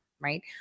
right